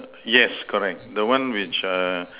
err yes correct the one which err